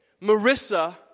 marissa